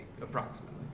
approximately